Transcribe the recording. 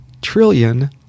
trillion